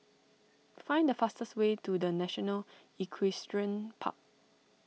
find the fastest way to the National Equestrian Park